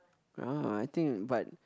uh I think but